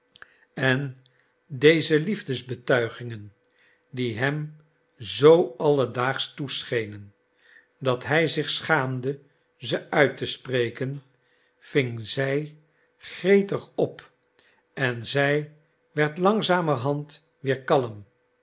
en deze liefdesbetuigingen die hem zoo alledaagsch toeschenen dat hij zich schaamde ze uit te spreken ving zij gretig op en zij werd langzamerhand weer kalm